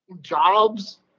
jobs